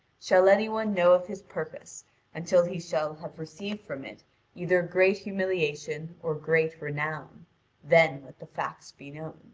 shall any one know of his purpose until he shall have received from it either great humiliation or great renown then let the facts be known.